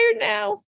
now